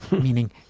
meaning